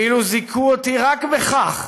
ואילו זיכו אותי רק בכך,